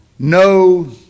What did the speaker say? No